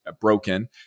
broken